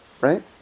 right